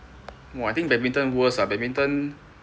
!wah! I think badminton worse ah badminton